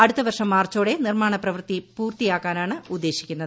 അടുത്തവർഷം മാർച്ചോടെ നിർമാണ പ്രവൃത്തി പൂർത്തിയാക്കാനാണ് ഉദ്ദേശിക്കുന്നത്